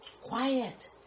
Quiet